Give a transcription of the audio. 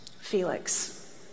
Felix